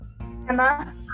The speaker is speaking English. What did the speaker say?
Emma